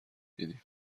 دیدیم